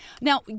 now